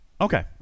Okay